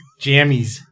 jammies